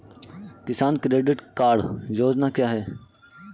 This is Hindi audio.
किसान क्रेडिट कार्ड योजना क्या है?